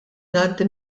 ngħaddi